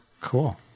Cool